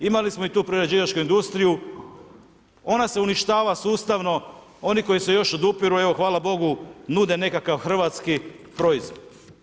Imali smo tu prerađivačku industriju, ona se uništava sustavno, oni koji se još odupiru, evo hvala Bogu, nude nekakav Hrvatski proizvod.